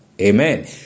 Amen